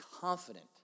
confident